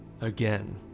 again